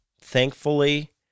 thankfully